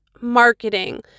marketing